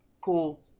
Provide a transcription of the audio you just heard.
Cool